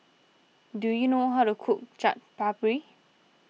do you know how to cook Chaat Papri